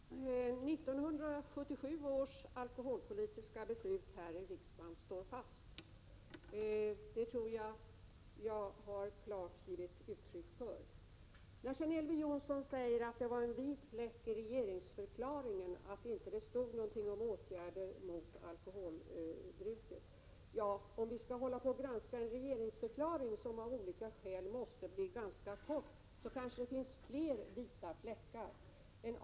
Herr talman! 1977 års alkoholpolitiska riksdagsbeslut står fast. Det tror jag att jag klart har givit uttryck för. Elver Jonsson talar om en vit fläck i regeringsförklaringen. Han säger att 20 november 1987 det inte stod någonting där om åtgärder mot alkholbruket. Ja, om vi skall hålla på och granska en regeringsförklaring — som av olika skäl måste bli ganska kort —, finner vi kanske fler vita fläckar.